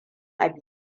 abu